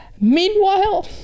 Meanwhile